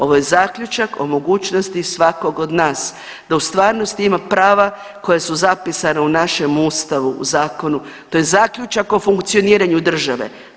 Ovo je zaključak o mogućnosti svakog od nas da u stvarnosti ima prava koja su zapisana u našem Ustavu, u zakonu, to je zaključak o funkcioniranju države.